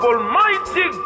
Almighty